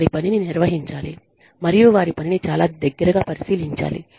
వారి పనిని నిర్వహించాలి మరియు వారి పనిని చాలా దగ్గరగా పరిశీలించాలి